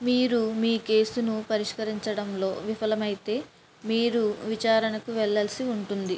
మీరు మీ కేసును పరిష్కరించడంలో విఫలమైతే మీరు విచారణకు వెళ్ళాల్సి ఉంటుంది